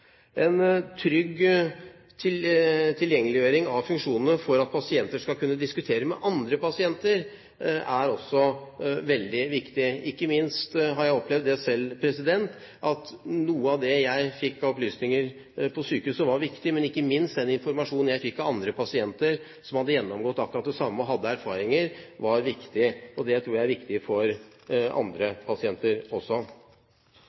En trygg tilgjengeliggjøring av funksjonalitet for at pasienter skal kunne diskutere med andre pasienter, er også veldig viktig. Jeg har opplevd selv at noe av det jeg fikk av opplysninger på sykehuset, var viktig, men ikke minst den informasjonen jeg fikk av andre pasienter som hadde gjennomgått akkurat det samme og hadde erfaringer, var viktig. Det tror jeg er viktig for andre pasienter også.